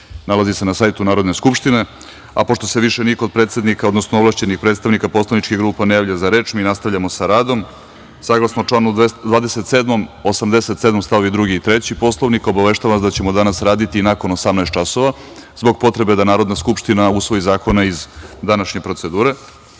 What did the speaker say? Nalazi se na sajtu Narodne skupštine. Pošto sve više niko od predsednika, odnosno ovlašćenih predstavnika poslaničkih grupa ne javlja za reč, mi nastavljamo sa radom. Saglasno članu 27, 87. stavovi 2. i 3. Poslovnika, obaveštavam vas da ćemo danas raditi i nakon 18.00 časova, zbog potrebe da Narodna skupština usvoji zakone iz današnje procedure. Prelazimo